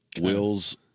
Will's